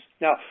Now